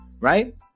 right